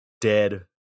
dead